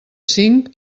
cinc